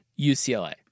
UCLA